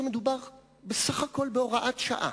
שמדובר בסך הכול בהוראת שעה,